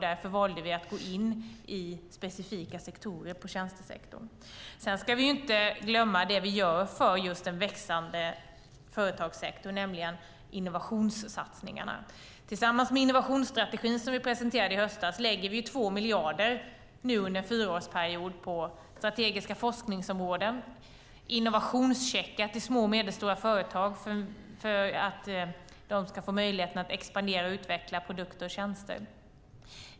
Därför valde vi att gå in i specifika områden i tjänstesektorn. Vi ska inte glömma det regeringen gör för den växande företagssektorn, nämligen innovationssatsningarna. Tillsammans med innovationsstrategin som vi presenterade i höstas lägger vi 2 miljarder under en fyraårsperiod på strategiska forskningsområden och innovationscheckar till små och medelstora företag för att de ska få möjlighet att expandera och utveckla produkter och tjänster.